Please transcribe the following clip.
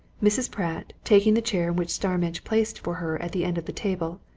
mrs. pratt, taking the chair which starmidge placed for her at the end of the table,